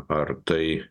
ar tai